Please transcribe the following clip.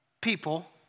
people